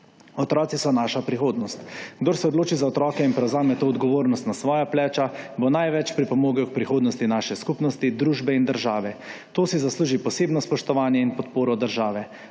Otroci so naša prihodnost. Kdor se odloči za otroke in prevzame to odgovornost na svoja pleča, bo največ pripomogel k prihodnosti naše skupnosti, družbe in države. To si zasluži posebno spoštovanje in podporo države.